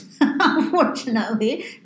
unfortunately